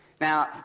Now